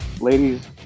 Ladies